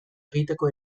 egiteko